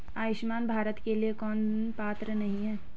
आयुष्मान भारत के लिए कौन पात्र नहीं है?